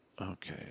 Okay